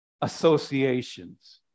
associations